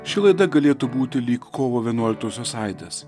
ši laida galėtų būti lyg kovo vienuoliktosios aidas